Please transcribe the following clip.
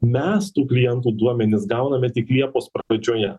mes tų klientų duomenis gauname tik liepos pradžioje